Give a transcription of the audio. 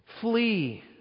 flee